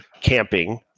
camping